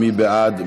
מי בעד?